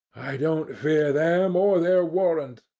i don't fear them, or their warrant,